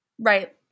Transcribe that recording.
Right